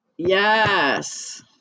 Yes